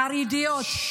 חרדיות,